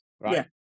right